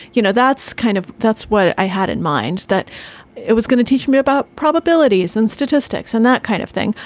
you know, that's kind of that's what i had in mind, that it was gonna teach me about probabilities and statistics and that kind of thing.